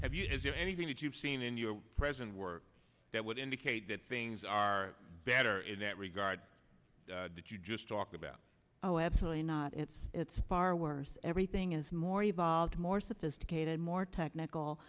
one anything that you've seen in your present work that would indicate that things are better in that regard did you just talk about oh absolutely not it's it's far worse everything is more evolved more sophisticated more technical